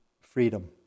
freedom